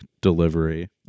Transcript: delivery